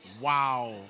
Wow